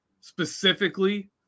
specifically